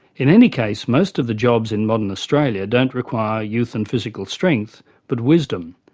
in any case most of the jobs in modern australia don't require youth and physical strength but wisdom,